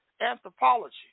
anthropology